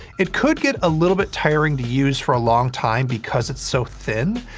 it could get a little bit tiring to use for a long time because it's so thin,